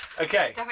okay